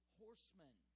horsemen